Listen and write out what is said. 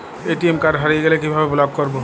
ATM card হারিয়ে গেলে কিভাবে ব্লক করবো?